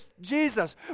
Jesus